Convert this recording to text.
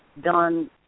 done